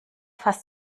fasst